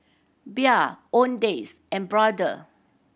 Bia Owndays and Brother